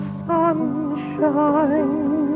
sunshine